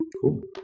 cool